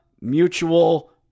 Mutual